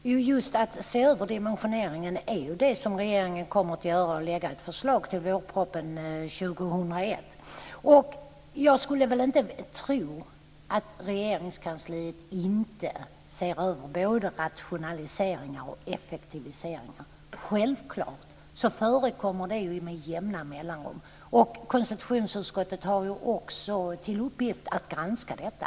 Fru talman! Just att se över dimensioneringen är vad regeringen kommer att göra och lägga ett förslag till vårpropositionen 2001. Jag skulle inte tro att Regeringskansliet inte ser över både rationaliseringar och effektiviseringar. Självklart förekommer det med jämna mellanrum. Konstitutionsutskottet har ju också till uppgift att granska detta.